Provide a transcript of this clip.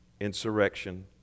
insurrection